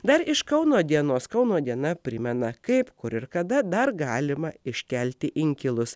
dar iš kauno dienos kauno diena primena kaip kur ir kada dar galima iškelti inkilus